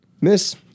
Miss